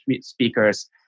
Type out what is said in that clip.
speakers